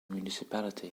municipality